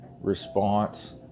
response